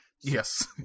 Yes